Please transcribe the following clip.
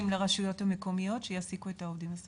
לרשויות המקומיות שיעסיקו את העובדים הסוציאליים.